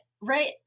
right